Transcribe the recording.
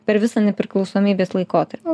per visą nepriklausomybės laikotar